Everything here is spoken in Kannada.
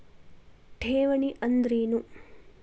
ಠೇವಣಿ ಅಂದ್ರೇನು?